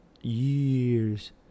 Years